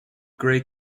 gray